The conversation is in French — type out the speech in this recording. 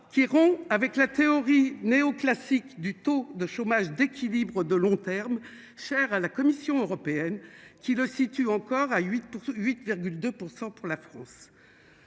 Qui rompt avec la théorie néo-classique du taux de chômage d'équilibre de long terme cher à la Commission européenne qui le situe encore à 8 pour 8 2 % pour la France